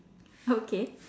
okay